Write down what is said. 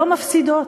לא מפסידות,